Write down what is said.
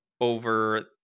over